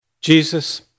Jesus